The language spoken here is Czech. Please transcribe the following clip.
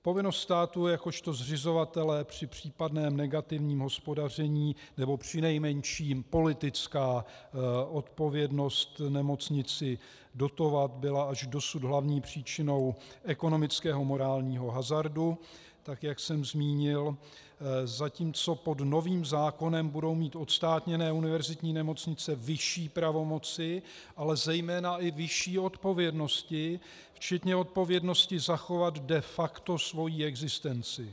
Povinnost státu jakožto zřizovatele při případném negativním hospodaření, nebo přinejmenším politická odpovědnost nemocnici dotovat byla až dosud hlavní příčinou ekonomického morálního hazardu, tak jak jsem zmínil, zatímco pod novým zákonem budou mít odstátněné univerzitní nemocnice vyšší pravomoci, ale zejména i vyšší odpovědnosti, včetně odpovědnosti zachovat de facto svoji existenci.